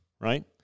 right